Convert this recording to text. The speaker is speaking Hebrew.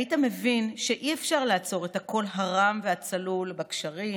היית מבין שאי-אפשר לעצור את הקול הרם והצלול בגשרים,